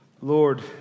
Lord